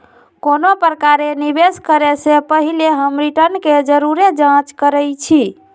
कोनो प्रकारे निवेश करे से पहिले हम रिटर्न के जरुरे जाँच करइछि